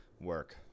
work